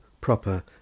proper